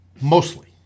mostly